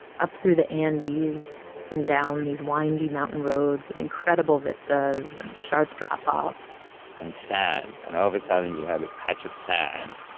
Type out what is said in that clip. up through the andes and down these windy mountain roads with incredible vistas and sharp drop-offs and sand. and all of a sudden, you have a patch of sand.